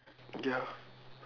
ya